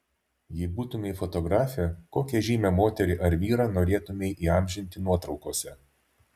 jei būtumei fotografė kokią žymią moterį ar vyrą norėtumei įamžinti nuotraukose